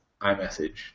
iMessage